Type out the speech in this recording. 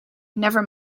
never